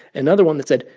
another one that said,